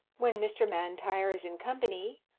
when mr. m'intyre is in company,